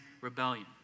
rebellion